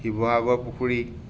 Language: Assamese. শিৱসাগৰ পুখুৰী